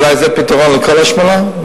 אולי זה פתרון לכל ההשמנה.